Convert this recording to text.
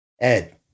Ed